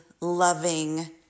loving